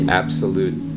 absolute